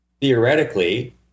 theoretically